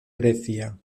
grecia